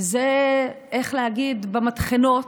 וזה, איך להגיד, במטחנות.